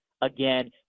again